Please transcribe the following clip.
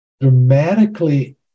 dramatically